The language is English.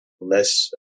less